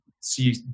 see